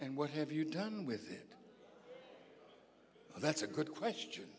and what have you done with it that's a good question